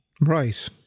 Right